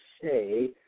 say